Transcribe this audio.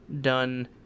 done